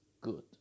good